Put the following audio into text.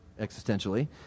existentially